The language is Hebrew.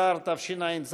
חוק האזרחים הוותיקים (תיקון מס' 15),